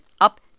up